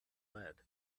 lead